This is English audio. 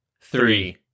three